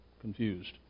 confused